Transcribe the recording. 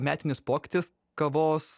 metinis pokytis kavos